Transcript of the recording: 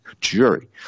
jury